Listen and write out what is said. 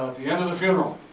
the end of the funeral,